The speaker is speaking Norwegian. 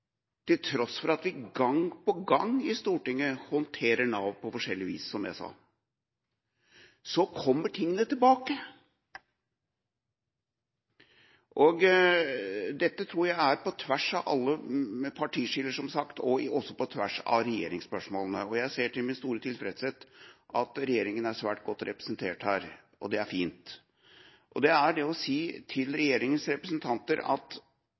til tross for at vi gang på gang i Stortinget håndterer Nav på forskjellig vis – som jeg sa – kommer tingene tilbake. Dette tror jeg hender på tvers av alle partiskiller, og også på tvers av regjeringsspørsmålene. Jeg ser til min store tilfredshet at regjeringa er svært godt representert her. Og det er fint. Det er det å si til regjeringas representanter at